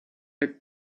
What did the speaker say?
i’ve